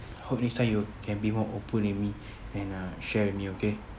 hope next time you can be more open with me and uh share with me okay